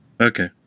Okay